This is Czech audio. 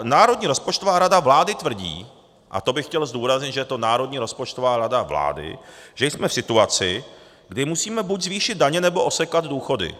Národní rozpočtová rada vlády tvrdí, a bych chtěl zdůraznit, že je to Národní rozpočtová rada vlády, že jsme v situaci, kdy musíme buď zvýšit daně, nebo osekat důchody.